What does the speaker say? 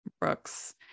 Brooks